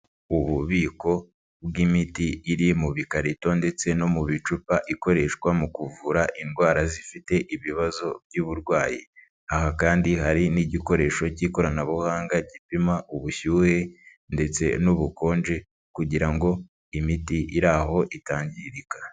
Ububiko bw'imiti iri mu bikarito ndetse no mu bicupa ikoreshwa mu kuvura indwara zifite ibibazo by'uburwayi. Aha kandi hari n'igikoresho cy'ikoranabuhanga gipima ubushyuhe ndetse n'ubukonje kugira ngo imiti iri aho itangirika.